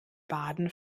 baden